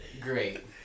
Great